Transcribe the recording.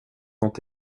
nåt